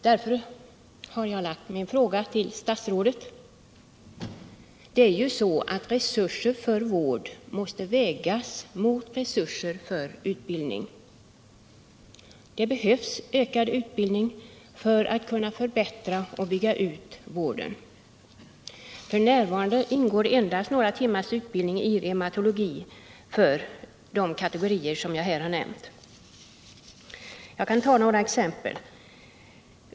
Och jag har ställt min fråga till statsrådet eftersom resurser för vård måste vägas mot resurser för utbildning. Det behövs enligt min mening ökad utbildning för att man skall kunna förbättra och bygga ut vården. F. n. ingår endast några timmars utbildning i reumatologi för de kategorier som jag här har nämnt. Jag kan ta ett par exempel.